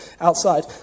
outside